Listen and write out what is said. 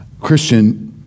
Christian